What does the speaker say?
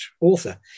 author